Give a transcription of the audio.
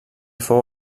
fou